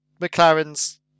McLaren's